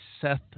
Seth